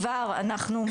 כבר אנחנו,